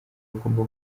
bagomba